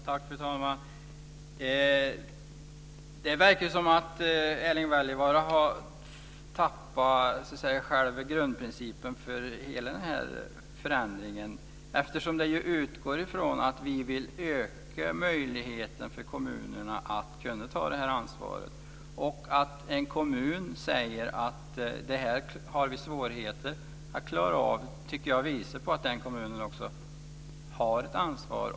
Fru talman! Det verkar som att Erling Wälivaara har tappat själva grundprincipen för hela förändringen. Den utgår ju från att vi vill öka möjligheten för kommunerna att ta det här ansvaret. Om en kommun säger att den har svårigheter att klara av detta så tycker jag att det visar att den kommunen också har ett ansvar.